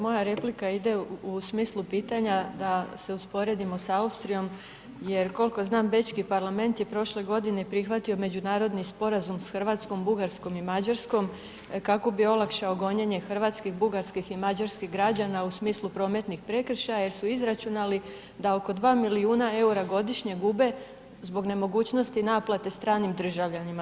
Moja replika ide u smislu pitanja da se usporedimo sa Austrijom jer koliko znam Bečki parlament je prošle godine prihvatio međunarodni sporazum sa Hrvatskom, Bugarskom i Mađarskom kako bi olakšao gonjenje hrvatskih, bugarskih i mađarskih građana u smislu prometnih prekršaja jer su izračunali da oko 2 milijuna eura godišnje gube zbog nemogućnosti naplate stranim državljanima.